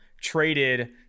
traded